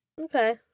Okay